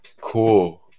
cool